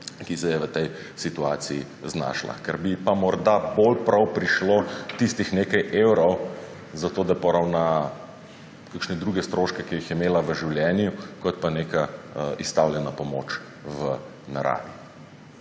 ki se je v tej situacija znašla, ker bi ji pa morda bolj prav prišlo tistih nekaj evrov za to, da poravna kakšne druge stroške, ki jih je imela v življenju, kot pa neka izstavljena pomoč v naravi.